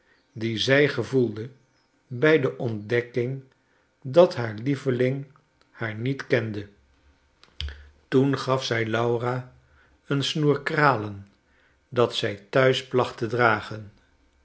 die zij gevoelde by de ontdekking dat haar lieveling haar niet kende toen gaf zij laura een snoer kralen dat zij thuis placht te dragen